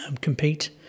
compete